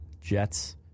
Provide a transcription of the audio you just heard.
Jets